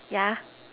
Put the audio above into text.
yeah